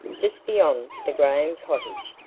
just beyond the graham cottage,